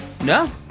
No